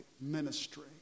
ministry